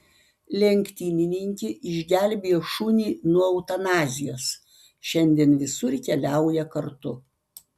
lenktynininkė išgelbėjo šunį nuo eutanazijos šiandien visur keliauja kartu